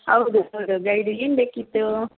ಹೌದು ಹೌದು ಗೈಡು ಏನು ಬೇಕಿತ್ತು